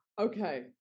Okay